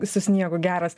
su sniegu geras